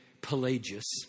Pelagius